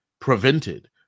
prevented